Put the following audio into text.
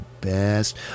best